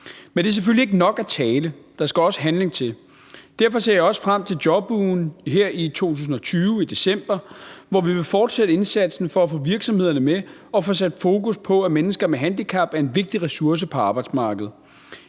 Men det er selvfølg for alle.elig ikke nok at tale; der skal også handling til. Derfor ser jeg også frem til jobugen her i december i 2020, hvor vi vil fortsætte indsatsen for at få virksomhederne med og for at få sat fokus på, at mennesker med handicap er en vigtig ressource på arbejdsmarkedet.